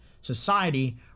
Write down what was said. society